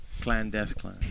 clandestine